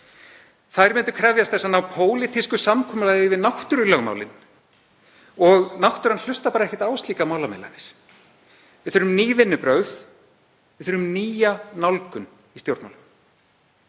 Þær myndu krefjast þess að ná pólitísku samkomulagi við náttúrulögmálin og náttúran hlustar bara ekkert á slíkar málamiðlanir. Við þurfum ný vinnubrögð. Við þurfum nýja nálgun í stjórnmálum.